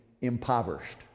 impoverished